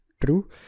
True